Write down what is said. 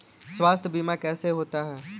स्वास्थ्य बीमा कैसे होता है?